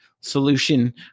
solution